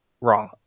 wrong